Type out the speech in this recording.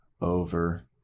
over